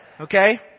Okay